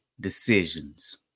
decisions